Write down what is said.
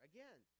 Again